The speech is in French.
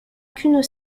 qu’une